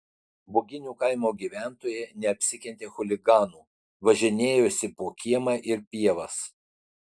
buginių kaimo gyventojai neapsikentė chuliganų važinėjosi po kiemą ir pievas